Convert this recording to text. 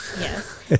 Yes